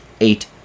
eight